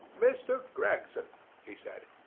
mr. gregson, he said,